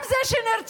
גם זה שנרצח